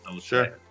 Sure